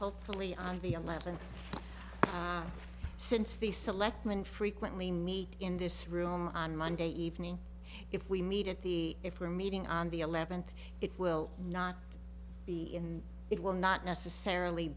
hopefully on the eleventh since the selectmen frequently meet in this room on monday evening if we meet at the if we're meeting on the eleventh it will not be in it will not necessarily